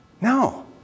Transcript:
No